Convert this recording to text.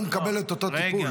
הוא מקבל את אותו טיפול,